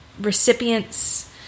recipients